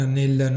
nel